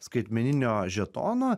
skaitmeninio žetono